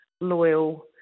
loyal